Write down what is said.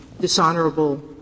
dishonorable